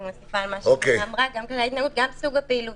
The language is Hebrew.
וגם סוג הפעילות.